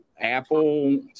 Apple